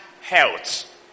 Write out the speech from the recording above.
health